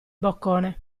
boccone